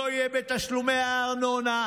לא יהיה בתשלומי הארנונה,